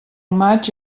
maig